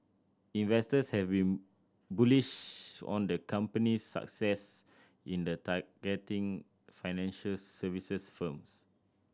investors having bullish on the company's success in the targeting financial services firms